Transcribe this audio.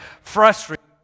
frustrating